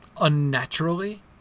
Unnaturally